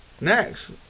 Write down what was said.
next